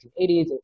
1980s